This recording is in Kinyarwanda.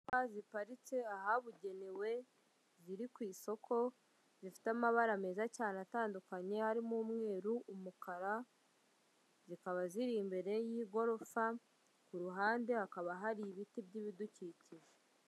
Imodoka ziparitse ahabugenewe ziri ku isoko zifite amabara meza cyane atandukanye, harimo umweru, umukara zikaba ziri imbere y'igorofa, ku ruhande hakaba hari ibiti by'ibidukikije.